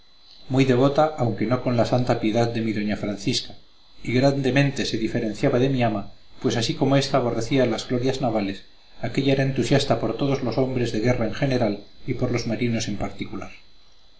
muy devota aunque no con la santa piedad de mi doña francisca y grandemente se diferenciaba de mi ama pues así como ésta aborrecía las glorias navales aquélla era entusiasta por todos los hombres de guerra en general y por los marinos en particular